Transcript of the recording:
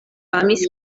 famis